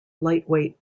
lightweight